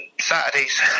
Saturdays